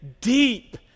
deep